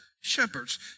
shepherds